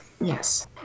Yes